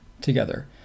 together